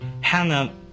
Hannah